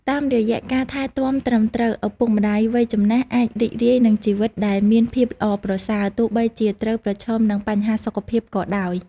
តាមរយៈការថែទាំត្រឹមត្រូវ ឪពុកម្ដាយវ័យចំណាស់អាចរីករាយនឹងជីវិតដែលមានភាពល្អប្រសើរ ទោះបីជាត្រូវប្រឈមនឹងបញ្ហាសុខភាពក៏ដោយ។